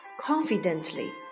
Confidently